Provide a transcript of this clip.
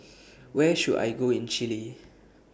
Where should I Go in Chile